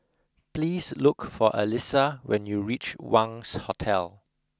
please look for Alissa when you reach Wangz Hotel